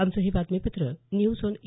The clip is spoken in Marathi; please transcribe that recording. आमचं हे बातमीपत्र न्यूज ऑन ए